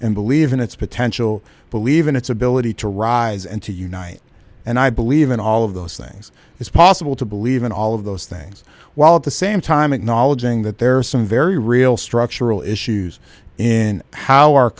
and believe in its potential believe in its ability to rise and to unite and i believe in all of those things it's possible to believe in all of those things while at the same time acknowledging that there are some very real structural issues in how our